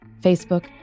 Facebook